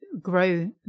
grow